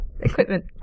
Equipment